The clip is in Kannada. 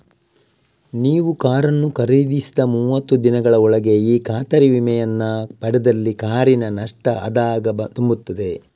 ನೀವು ಕಾರನ್ನು ಖರೀದಿಸಿದ ಮೂವತ್ತು ದಿನಗಳ ಒಳಗೆ ಈ ಖಾತರಿ ವಿಮೆಯನ್ನ ಪಡೆದಲ್ಲಿ ಕಾರಿನ ನಷ್ಟ ಆದಾಗ ತುಂಬುತ್ತದೆ